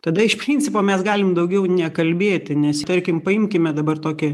tada iš principo mes galim daugiau nekalbėti nes tarkim paimkime dabar tokį